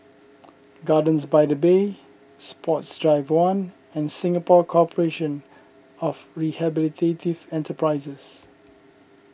Gardens by the Bay Sports Drive one and Singapore Corporation of Rehabilitative Enterprises